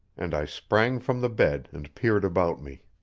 and i sprang from the bed and peered about me.